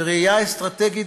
בראייה אסטרטגית,